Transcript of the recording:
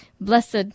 blessed